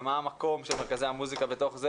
ומה המקום של מרכזי המוסיקה בתוך זה.